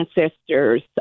ancestors